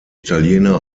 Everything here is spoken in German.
italiener